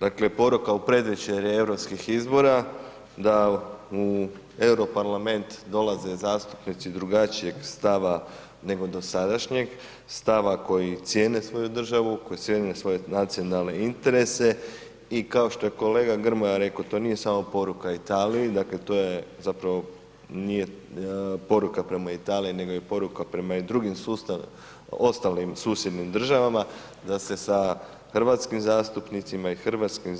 Dakle, poruka u predvečerje europskih izbora da u EU parlament dolaze zastupnici drugačijeg stava nego dosadašnjeg, stava koji cijene svoju državu, koji cijene svoje nacionalne interese i kao što je kolega Grmoja rekao, to nije samo poruka Italiji, dakle, to je zapravo, nije poruka prema Italiji nego je poruka prema i drugim sustav ostalim susjednim državama, da se sa hrvatskim zastupnicima i hrvatskim